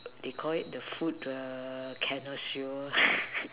they called it the food the connoisseur